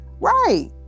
Right